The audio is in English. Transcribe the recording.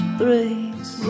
breaks